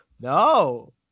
no